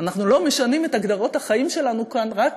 אנחנו לא משנים את הגדרות החיים שלנו כאן רק